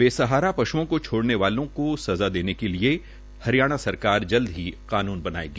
बेसहारा पशुओं को छोड़ने वालों को सजा देने के लिए हरियाणा सरकार जल्द ही कानून बनाएगी